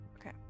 Okay